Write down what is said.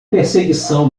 perseguição